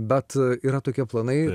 bet yra tokie planai